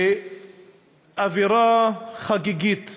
לאווירה חגיגית